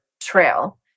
trail